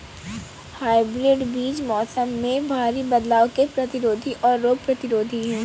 hybrid बीज मौसम में भारी बदलाव के प्रतिरोधी और रोग प्रतिरोधी हैं